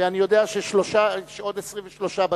ואני יודע שעוד 23 בדרך.